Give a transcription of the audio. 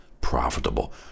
profitable